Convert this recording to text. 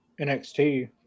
NXT